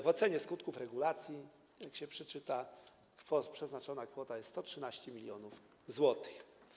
W ocenie skutków regulacji, jak się przeczyta, przeznaczona kwota wynosi 113 mln zł.